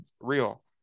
real